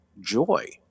joy